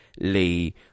Lee